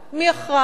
מי אחראי,